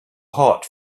hot